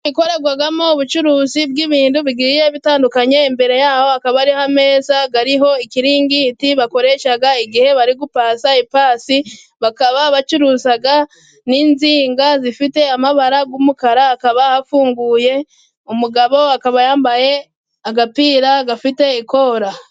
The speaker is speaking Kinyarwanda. Ikorerwamo ubucuruzi bw'ibintu bigiye bitandukanye imbere yabo hakaba ariho ameza ariho ikiringiti bakoresha igihe bari gupasa ipasi bakaba bacuruza n'insinga zifite amabara y'umukara hakaba hafunguye umugabo akaba yambaye agapira gafite ikola.